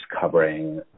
covering